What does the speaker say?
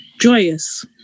joyous